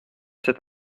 cet